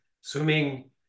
swimming